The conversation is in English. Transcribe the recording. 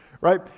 right